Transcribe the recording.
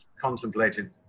contemplated